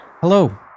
hello